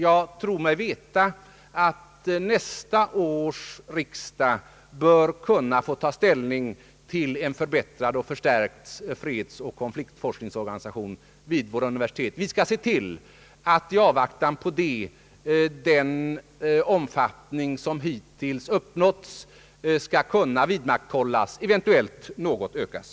Jag tror mig veta att nästa års riksdag bör kunna få ta ställning till en förbättrad och förstärkt fredsoch konfliktforskningsorganisation vid våra universitet. Vi skall se till att i avvaktan därpå den omfattning som hittills uppnåtts skall kunna vidmakthållas och eventuellt något ökas.